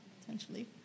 potentially